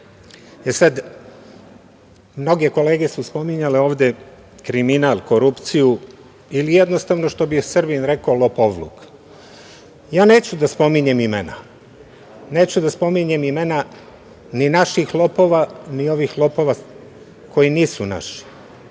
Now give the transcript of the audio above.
Srbiji. Mnoge kolege su spominjale ovde kriminal, korupciju ili jednostavno, što bi Srbin rekao, lopovluk. Neću da spominjem imena. Neću da spominjem imena ni naših lopova, ni ovih lopova koji nisu naši.